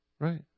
Right